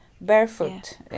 barefoot